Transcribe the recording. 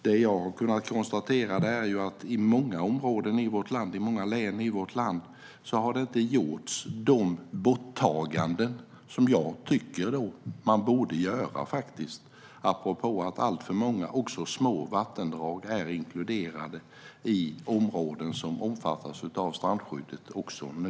Det jag har kunnat konstatera är: I många områden i vårt land, i många län i vårt land, har man inte gjort de borttaganden som jag tycker att man borde göra, apropå att alltför många små vattendrag är inkluderade i områden som omfattas av strandskyddet också nu.